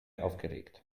aufgeregt